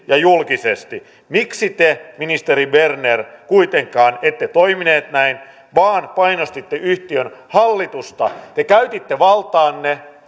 ja julkisesti miksi te ministeri berner kuitenkaan ette toiminut näin vaan painostitte yhtiön hallitusta te käytitte valtaanne